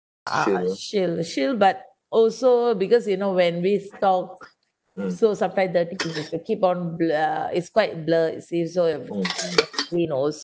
uh shield shield but also because you know when we talk so sometime they keep on it's quite blur you see so it screen